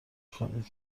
کنید